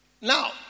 Now